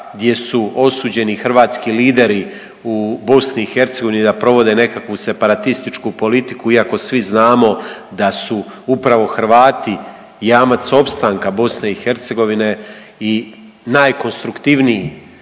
gdje su osuđeni hrvatski lideru u BiH da provode nekakvu separatističku politiku iako svi znamo da su upravo Hrvati jamac opstanka BiH i najkonstruktivniji